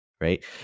right